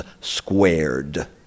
squared